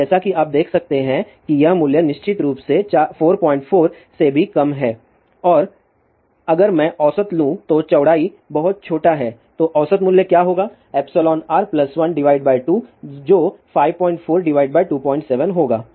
तो जैसा कि आप देख सकते हैं कि यह मूल्य निश्चित रूप से 44 से भी कम है और अगर मैं औसत लू तो चौड़ाई बहुत छोटा है तो औसत मूल्य क्या हो गया εr 12 जो 54 27 होगा